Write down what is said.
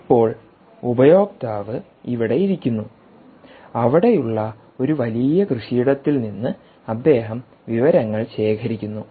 ഇപ്പോൾ ഉപയോക്താവ് ഇവിടെ ഇരിക്കുന്നു അവിടെയുള്ള ഒരു വലിയ കൃഷിയിടത്തിൽ നിന്ന് അദ്ദേഹം വിവരങ്ങൾ ശേഖരിക്കുന്നു